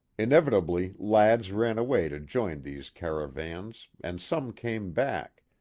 inevitably lads ran away to join these cara vans and some came back,